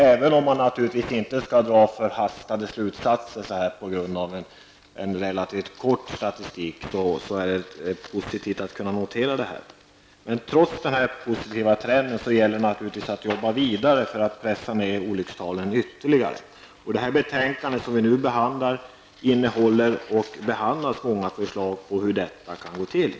Även om man naturligtvis inte skall dra förhastade slutsatser på grund av statistik som sträcker sig över relativt kort tid, är det positivt att kunna notera detta resultat. Trots denna positiva trend gäller det naturligtvis att arbeta vidare för att pressa ner olyckstalen ytterligare, och det betänkande som vi behandlar innehåller många förslag om hur detta kan gå till.